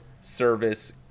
service